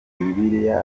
bibiliya